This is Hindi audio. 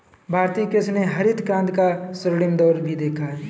भारतीय कृषि ने हरित क्रांति का स्वर्णिम दौर भी देखा